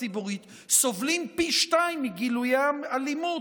הציבורית סובלים פי שניים מגילויי אלימות.